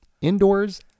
indoors